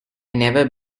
never